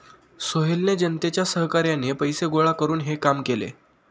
सोहेलने जनतेच्या सहकार्याने पैसे गोळा करून हे काम केले